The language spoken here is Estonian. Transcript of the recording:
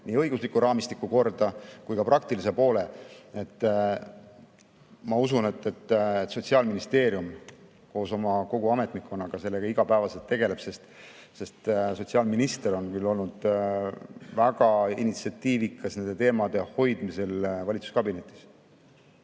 nii õigusliku raamistiku kui ka praktilise poole. Ma usun, et Sotsiaalministeerium koos kogu oma ametnikkonnaga selle teemaga igapäevaselt tegeleb, sest sotsiaalminister on olnud väga initsiatiivikas hoidma neid teemasid valitsuskabinetis.